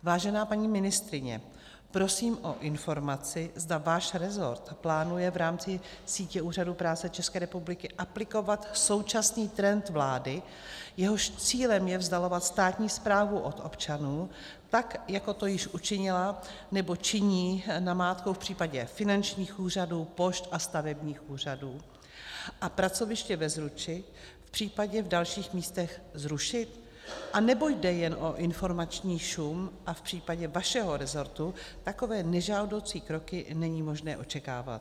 Vážená paní ministryně, prosím o informaci, zda váš resort plánuje v rámci sítě Úřadu práce České republiky aplikovat současný trend vlády, jehož cílem je vzdalovat státní správu od občanů, tak jako to již učinila nebo činí namátkou v případě finančních úřadů, pošt a stavebních úřadů, a pracoviště ve Zruči, případně v dalších místech, zrušit, anebo jde jen o informační šum a v případě vašeho resortu takové nežádoucí kroky není možné očekávat.